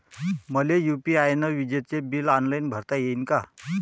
मले यू.पी.आय न विजेचे बिल ऑनलाईन भरता येईन का?